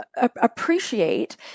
appreciate